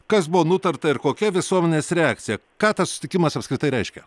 kas buvo nutarta ir kokia visuomenės reakcija ką tas susitikimas apskritai reiškia